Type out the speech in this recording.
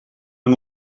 yng